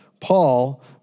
Paul